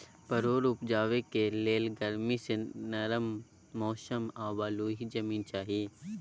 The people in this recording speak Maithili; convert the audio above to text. परोर उपजेबाक लेल गरमी सँ नरम मौसम आ बलुआही जमीन चाही